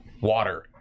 water